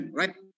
right